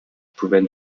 prevent